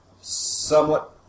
Somewhat